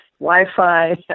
Wi-Fi